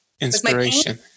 Inspiration